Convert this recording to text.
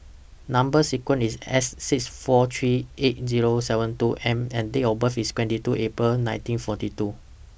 Number sequence IS S six four three eight Zero seven two M and Date of birth IS twenty two April nineteen forty two